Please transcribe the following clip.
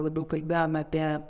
labiau kalbėjom apie